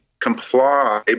comply